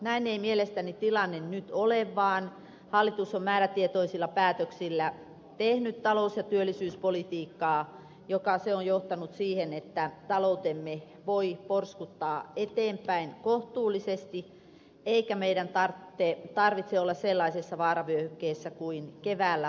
näin ei mielestäni tilanne nyt ole vaan hallitus on määrätietoisilla päätöksillä tehnyt talous ja työllisyyspolitiikkaa joka on johtanut siihen että taloutemme voi porskuttaa eteenpäin kohtuullisesti eikä meidän tarvitse olla sellaisessa vaaravyöhykkeessä kuin keväällä uumoiltiin